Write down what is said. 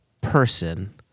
person